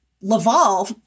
Laval